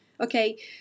okay